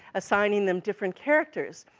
assigning them different characters,